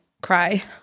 cry